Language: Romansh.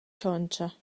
tschontscha